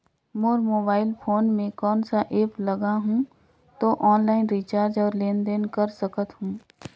मोर mobile phone मे कोन सा एप्प लगा हूं तो ऑनलाइन रिचार्ज और लेन देन कर सकत हू?